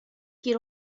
گیر